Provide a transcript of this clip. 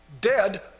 Dead